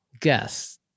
Guess